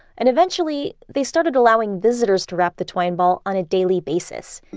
and eventually they started allowing visitors to wrap the twine ball on a daily basis.